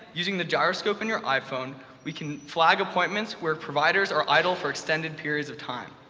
using the gyroscope in your iphone, we can flag appointments where providers are idle for extended periods of time.